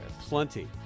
Plenty